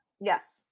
Yes